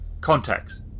contacts